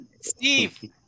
Steve